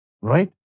Right